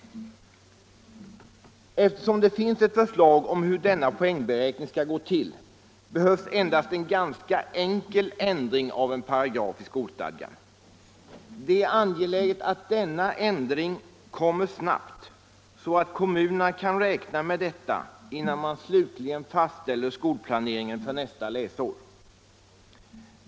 Eftersom det finns ett förslag om hur denna poängberäkning skall gå till, behövs endast en ganska enkel ändring av en paragraf i skolstadgan. Det är angeläget att ändringen kommer snabbt, så att kommunerna kan räkna med denna poängberäkning innan man slutligen fastställer skolplaneringen för nästa läsår.